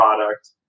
product